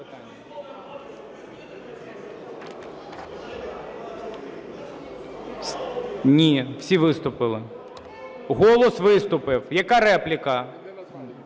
Ні! Всі виступили, "Голос" виступив. Яка репліка?